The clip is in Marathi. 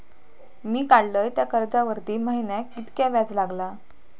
मी काडलय त्या कर्जावरती महिन्याक कीतक्या व्याज लागला?